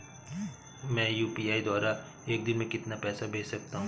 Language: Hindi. मैं यू.पी.आई द्वारा एक दिन में कितना पैसा भेज सकता हूँ?